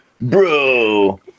Bro